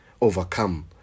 overcome